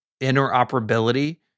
interoperability